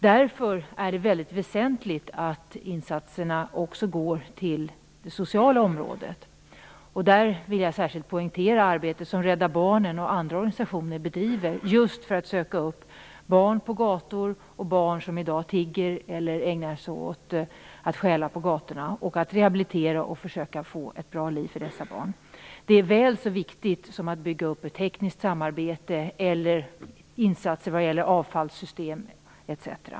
Därför är det väldigt väsentligt att insatserna också går till det sociala området. Jag vill särskilt poängtera det arbete som Rädda Barnen och andra organisationer bedriver för att söka upp och rehabilitera barn som i dag tigger eller ägnar sig åt att stjäla på gatorna och att försöka få ett bra liv för dessa barn. Det är väl så viktigt som att bygga upp ett tekniskt samarbete, insatser vad gäller avfallssystem etc.